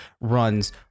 runs